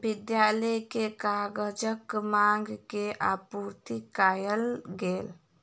विद्यालय के कागजक मांग के आपूर्ति कयल गेल